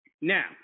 Now